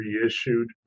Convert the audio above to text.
reissued